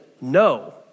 no